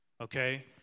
Okay